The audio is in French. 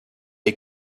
est